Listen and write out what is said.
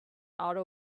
auto